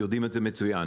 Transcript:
יודעים את זה מצוין,